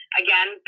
again